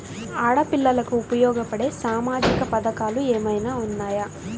ఆడపిల్లలకు ఉపయోగపడే సామాజిక పథకాలు ఏమైనా ఉన్నాయా?